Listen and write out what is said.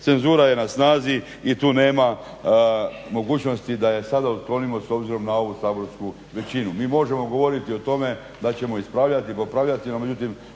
Cenzura je na snazi i tu nema mogućnosti da je sada otklonimo s obzirom na ovu saborsku većinu. Mi možemo govoriti o tome da ćemo ispravljati, popravljati, no međutim